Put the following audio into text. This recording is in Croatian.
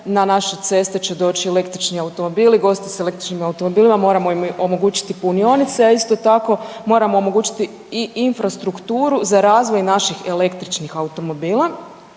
na naše ceste će doći električni automobili, gosti s električnim automobilima moramo im omogućiti punionice, a isto tako moramo omogućiti i infrastrukturu za razvoj naših električnih automobila